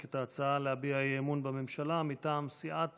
את ההצעה להביע אי-אמון בממשלה מטעם סיעת